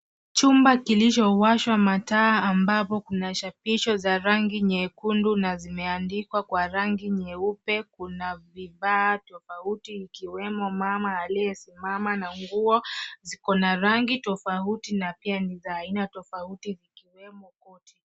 Chumba kilichowashwa mataa ambapo kuna chapisho za rangi nyekundu na zimeandikwa kwa rangi nyeupe. Kuna vifaa tofauti ikiwemo mama aliyesimama na nguo ziko na rangi tofauti na pia ni za aina tofauti ikiwemo koti.